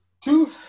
Two